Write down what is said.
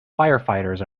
firefighters